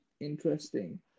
interesting